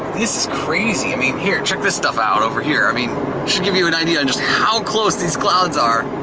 this is crazy. i mean here check this stuff out over here. this i mean should give you an idea on just how close these clouds are.